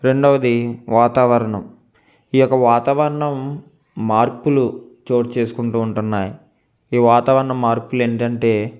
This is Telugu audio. రెండోవది వాతావరణం ఈ యొక్క వాతావరణం మార్కులు చోటు చేసుకుంటూ ఉంటున్నాయి ఈ వాతావరణ మార్పులు ఏంటంటే